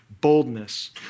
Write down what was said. boldness